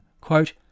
Quote